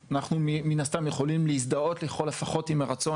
מן הסתם אנחנו יכולים להזדהות לכל הפחות עם הרצון